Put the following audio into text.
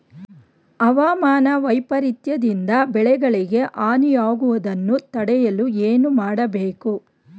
ಹವಾಮಾನ ವೈಪರಿತ್ಯ ದಿಂದ ಬೆಳೆಗಳಿಗೆ ಹಾನಿ ಯಾಗುವುದನ್ನು ತಡೆಯಲು ಏನು ಮಾಡಬೇಕು?